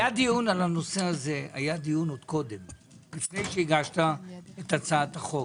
היה דיון על הנושא הזה עוד קודם לפני שהגשת את הצעת החוק.